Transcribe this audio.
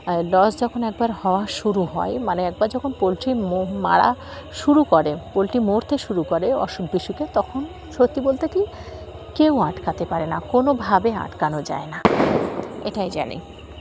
loss যখন একবার হওয়া শুরু হয় মানে একবার যখন পোলট্রি মারা শুরু করে পোলট্রি মরতে শুরু করে অসুখ বিসুখে তখন সত্যি বলতে কি কেউ আটকাতে পারে না কোনোভাবে আটকানো যায় না এটাই জানি